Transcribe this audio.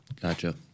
gotcha